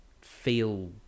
feel